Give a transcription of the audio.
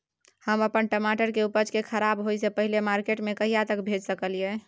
हम अपन टमाटर के उपज के खराब होय से पहिले मार्केट में कहिया तक भेज सकलिए?